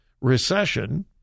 recession